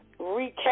recap